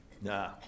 Nah